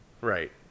Right